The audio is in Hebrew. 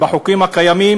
לפי החוקים הקיימים,